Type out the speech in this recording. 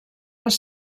les